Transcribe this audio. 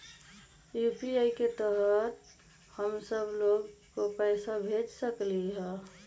UPI के तहद हम सब लोग को पैसा भेज सकली ह?